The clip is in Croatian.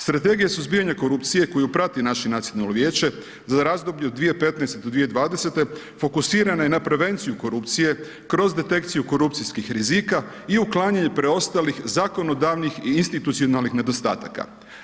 Strategija suzbijanja korupcije koja prati naše Nacionalno vijeće za razdoblje od 2015.-2020. fokusirana je na prevenciju korupcije kroz detekciju korupcijskih rizika i uklanjanje preostalih zakonodavnih i institucionalnih nedostataka.